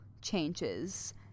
changes